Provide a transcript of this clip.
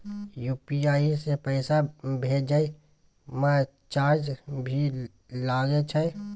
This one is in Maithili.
यु.पी.आई से पैसा भेजै म चार्ज भी लागे छै?